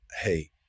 hey